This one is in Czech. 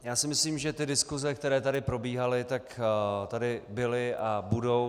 Já si myslím, že diskuse, které tady probíhaly, tady byly a budou.